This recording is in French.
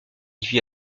vit